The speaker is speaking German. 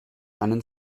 einen